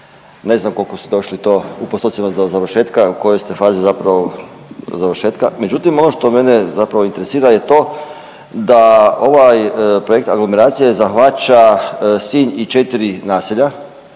Ne znam koliko ste došli to u postotcima do završetka, u kojoj ste fazi zapravo do završetka, međutim, ono što mene zapravo interesira je to da ovaj projekt aglomeracije zahvaća Sinj i 4 naselja